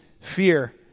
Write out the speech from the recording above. fear